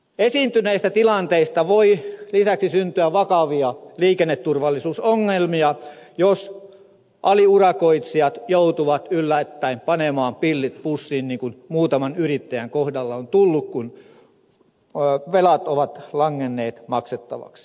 esiintyneistä tilanteista voi lisäksi syntyä vakavia liikenneturvallisuusongelmia jos aliurakoitsijat joutuvat yllättäen panemaan pillit pussiin niin kuin muutaman yrittäjän kohdalla on tapahtunut kun velat ovat langenneet maksettavaksi